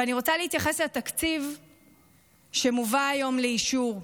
ואני רוצה להתייחס לתקציב שמובא היום לאישור.